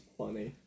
funny